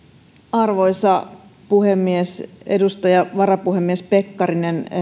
arvoisa puhemies edustaja varapuhemies pekkarinen